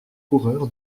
coureur